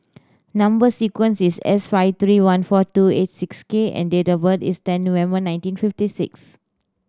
number sequence is S five three one four two eight six K and date of birth is ten November nineteen fifty six